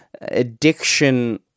addiction